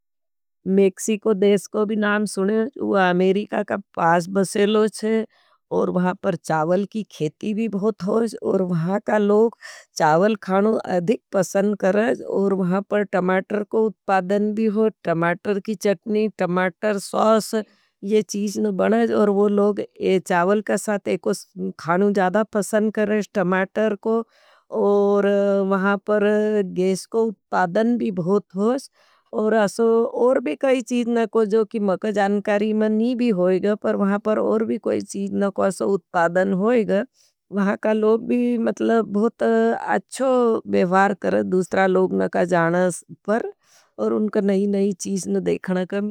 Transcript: मेक्सिको देश को भी नाम सुने होगी, वो अमेरिका का पास बसेलो छे और वहाँ पर चावल की खेती भी बहुत होगी। और वहाँ का लोग चावल खानु अधिक पसंद करें। और वहाँ पर टमाटर को उत्पादन भी होगी। टमाटर की चटनी टमाटर सॉस ये चीज नू बने। और वो लोग ये चावल के साथ ईको खानो ज़्यादा पसंद करे। टमाटर को और वहाँ पर गैस को उत्पादन भी बहुत होज। और असो और भी कई चीज नाको जो भी मेको जानकारी मा नी भी होयेगा पर वहाँ पर और भी कोई चीज नको असो उत्पादन होयेगा। वहाँ का लोग भी मतलब बहुत अच्छो व्यवहार करत दोसरो लोग के जान पर। और उनका नई नई चीज देखना का।